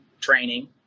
training